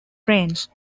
trains